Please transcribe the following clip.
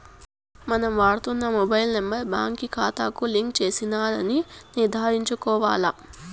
మనం వాడుతున్న mobile number బాంకీ కాతాకు లింక్ చేసినారని నిర్ధారించుకోవాల్ల